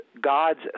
God's